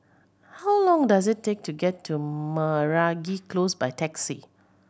how long does it take to get to Meragi Close by taxi